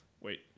wait